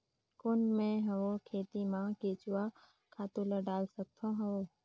कौन मैं हवे खेती मा केचुआ खातु ला डाल सकत हवो?